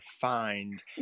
find